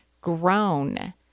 grown